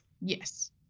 yes